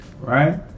right